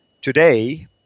today